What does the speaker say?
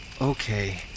Okay